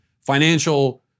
financial